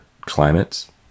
climates